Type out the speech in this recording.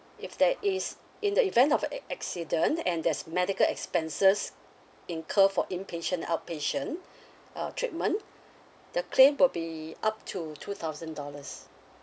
if there is in the event of a~ accident and there's medical expenses incur for impatient outpatient uh treatment the claim will be up to two thousand dollars